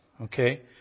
Okay